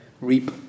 reap